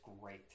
great